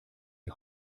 die